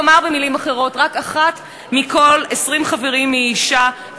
כולנו כבר יודעות ויודעים שכשנשים אינן מיוצגות בקרב מקבלי